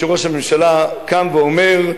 שראש הממשלה קם ואומר: